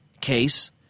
case